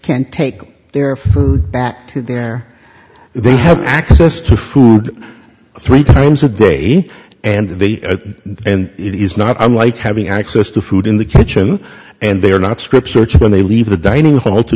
can take their food back to their they have access to food three times a day and they and it is not unlike having access to food in the kitchen and they are not scripts which when they leave the dining hall to